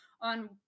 on